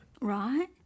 Right